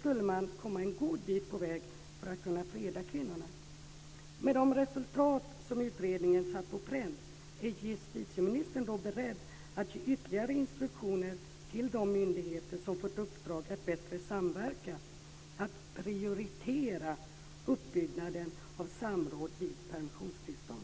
skulle man komma en god bit på väg när det gäller att freda kvinnorna. Är justitieministern beredd att, med tanke på de resultat som utredningen satt på pränt, ge ytterligare instruktioner till de myndigheter som fått i uppdrag att bättre samverka och prioritera uppbyggnaden av samråd vid permissionstillstånd?